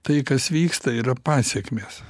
tai kas vyksta yra pasekmės